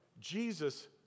Jesus